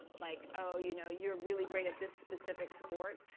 like oh, you know you're really great at this specific sport?